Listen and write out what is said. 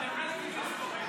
and the rest is history.